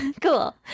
Cool